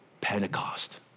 Pentecost